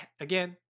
again